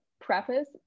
preface